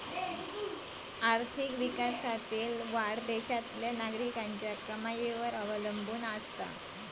आर्थिक विकासातील वाढ देशातल्या नागरिकांच्या कमाईवर अवलंबून असता